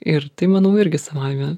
ir tai manau irgi savaime